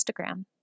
Instagram